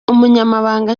umunyamabanga